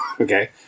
okay